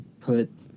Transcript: put